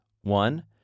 One